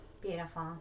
Beautiful